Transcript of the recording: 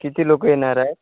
किती लोकं येणार आहे